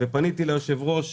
ופניתי ליושב-ראש